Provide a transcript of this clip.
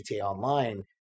Online